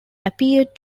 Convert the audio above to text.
appeared